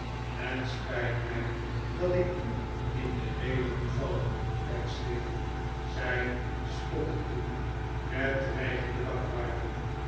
het spijt mij dat ik u in de rede moet vallen pecksniff zei spottletoe met dreigende